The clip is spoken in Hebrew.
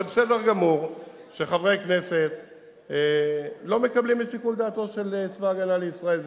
זה בסדר גמור שחברי כנסת לא מקבלים את שיקול דעתו של צבא-הגנה לישראל,